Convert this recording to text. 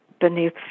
beneath